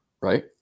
right